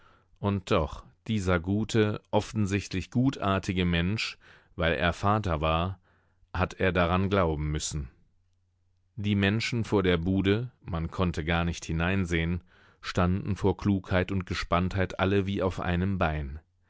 und doch dieser gute offensichtlich gutartige mensch weil er vater war hat er daran glauben müssen die menschen vor der bude man konnte gar nicht hineinsehen standen vor klugheit und gespanntheit alle wie auf einem bein